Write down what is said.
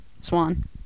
Swan